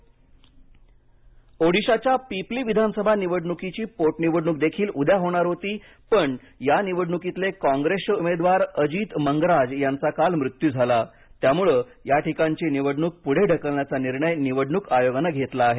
ओडिशा निवडणक रद्द ओडिशाच्या पीपली विधानसभा निवडणुकीची पोटनिवडणूकही उद्या होणार होती पण या निवडणुकीतले कॉंग्रेसचे उमेदवार अजित मंगराज यांचा काल मृत्यू झाला त्यामुळे या ठिकाणची निवडणूक पुढे ढकलण्याचा निर्णय निवडणूक आयोगानं घेताला आहे